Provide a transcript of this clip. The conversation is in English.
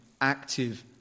active